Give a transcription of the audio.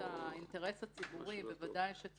האינטרס הציבורי בוודאי צריך לשמור.